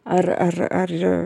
ar ar ar